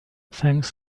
thanks